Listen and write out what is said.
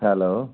hello